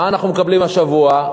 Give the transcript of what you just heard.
מה אנחנו מקבלים השבוע?